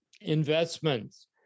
investments